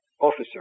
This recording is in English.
officer